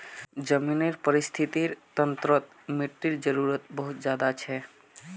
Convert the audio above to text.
ज़मीनेर परिस्थ्तिर तंत्रोत मिटटीर जरूरत बहुत ज़्यादा छे